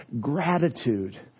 gratitude